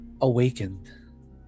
awakened